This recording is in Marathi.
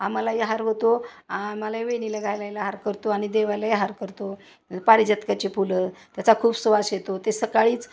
आम्हाला ही हार होतो आम्हाला वेणीला घालायला हार करतो आणि देवालाही हार करतो पारिजातकाची फुलं त्याचा खूप सुवास येतो ते सकाळीच